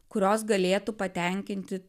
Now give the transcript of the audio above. kurios galėtų patenkinti